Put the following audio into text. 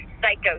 psycho